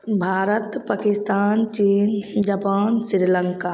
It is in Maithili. भारत पाकिस्तान चीन जपान श्रीलङ्का